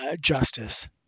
justice